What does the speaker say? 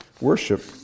worship